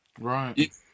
Right